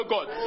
God